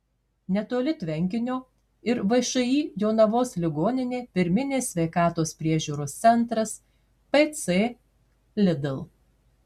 netoli tvenkinio ir všį jonavos ligoninė pirminės sveikatos priežiūros centras pc lidl